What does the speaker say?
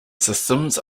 systems